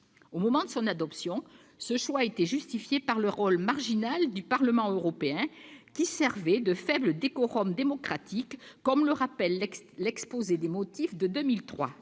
Au moment de son adoption, ce choix était justifié par le rôle marginal du Parlement européen, qui servait de faible décorum démocratique. Comme le rappelait l'exposé des motifs de la